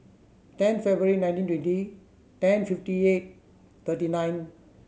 ten February nineteen twenty ten fifty eight thirty nine